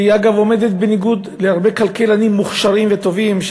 שאגב עומדת בניגוד לדעתם של הרבה כלכלנים מוכשרים וטובים,